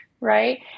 right